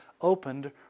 opened